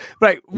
right